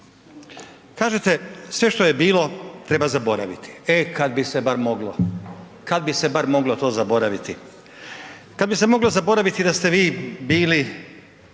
Kažete sve što je bilo treba zaboraviti, e kad bi se bar moglo, kad bi se bar moglo to zaboraviti, kad bi se moglo zaboraviti da ste vi bili